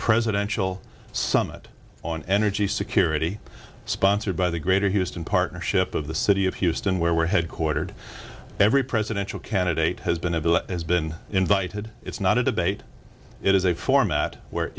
president chael summit on energy security sponsored by the greater houston partnership of the city of houston where we're headquartered every presidential candidate has been a bill that has been invited it's not a debate it is a format where